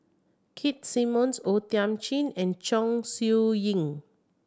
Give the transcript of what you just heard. Keith Simmons O Thiam Chin and Chong Siew Ying